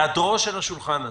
היעדרו של השולחן הזה,